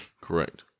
Correct